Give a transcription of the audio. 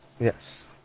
Yes